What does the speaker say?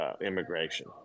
immigration